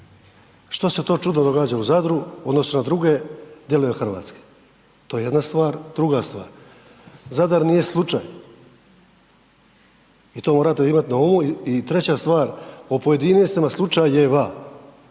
Što se to čudno događa u Zadru u odnosu na druge dijelove Hrvatske? To je jedna stvar. Druga stvar, Zadar nije slučaj i to morate imati na umu. I treća stvar, o pojedinostima slučajeva